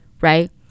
right